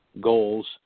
goals